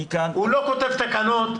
הוא לא כותב תקנות.